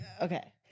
Okay